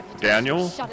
Daniel